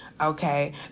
Okay